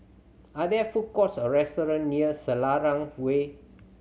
are there food courts or restaurant near Selarang Way